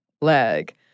leg